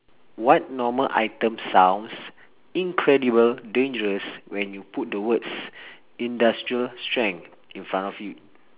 what normal item sounds incredible dangerous when you put the words industrial strength in front of you